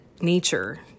nature